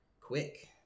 quick